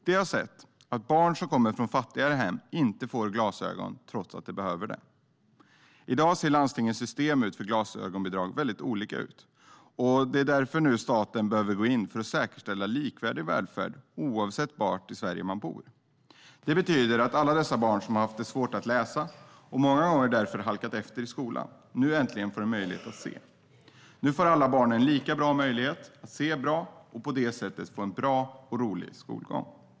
De har sett att barn som kommer från fattigare hem inte får glasögon, trots att de behöver det. I dag ser landstingens system för glasögonbidrag väldigt olika ut, och det är därför staten nu behöver gå in för att säkerställa en likvärdig välfärd oavsett var i Sverige man bor. Det betyder att alla dessa barn som haft det svårt att läsa och många gånger därför halkat efter i skolan nu äntligen får en möjlighet att se. Nu får alla barn lika bra möjlighet att se bra och på det sättet få en bra och rolig skolgång.